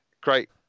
Great